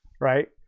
right